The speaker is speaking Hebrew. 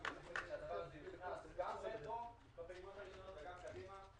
הקיבוצית --- גם רטרו וגם קדימה.